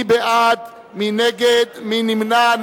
מי בעד, מי נגד, מי נמנע?